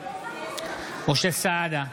משה סעדה,